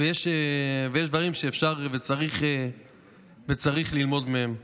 ויש דברים שאפשר וצריך ללמוד מהם.